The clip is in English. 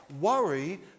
worry